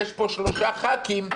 יש פה שלושה ח"כים,